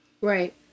Right